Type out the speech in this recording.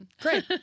great